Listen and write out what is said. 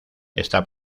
esta